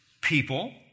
people